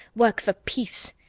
work for peace.